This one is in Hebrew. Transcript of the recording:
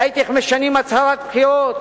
ראיתי איך משנים הצהרות בחירות,